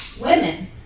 women